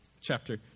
chapter